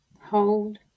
hold